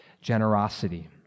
generosity